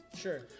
Sure